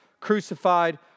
crucified